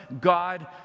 God